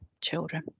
children